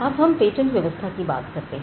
अब हम पेटेंट व्यवस्था की बात करते हैं